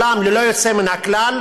ללא יוצא מן הכלל,